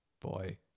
Boy